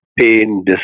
pain